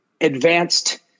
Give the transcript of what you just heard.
advanced